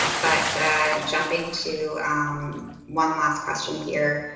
but jumping to one last question here.